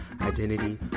identity